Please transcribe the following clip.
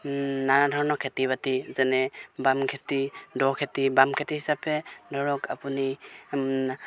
নানা ধৰণৰ খেতি বাতি যেনে বাম খেতি দ খেতি বাম খেতি হিচাপে ধৰক আপুনি